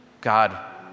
God